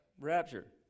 rapture